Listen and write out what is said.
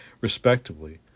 respectively